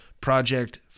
Project